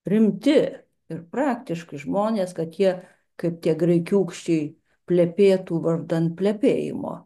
rimti ir praktiški žmonės kad jie kaip tie graikiūkščiai plepėtų vardan plepėjimo